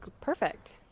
Perfect